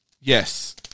Yes